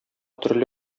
төрле